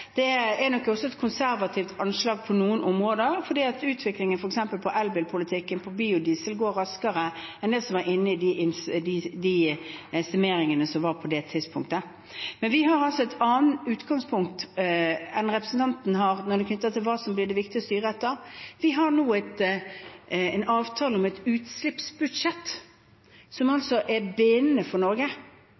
Det er nok også et konservativt anslag på noen områder, fordi utviklingen f.eks. på elbilpolitikken og på biodiesel går raskere enn det som var inne i estimatene på det tidspunktet. Men vi har et annet utgangspunkt enn det representanten har når det gjelder hva det blir viktig å styre etter. Vi har nå en avtale om et utslippsbudsjett, som altså er bindende for Norge,